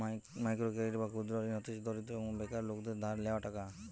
micro credit বা ক্ষুদ্র ঋণ হতিছে দরিদ্র এবং বেকার লোকদের ধার লেওয়া টাকা